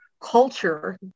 culture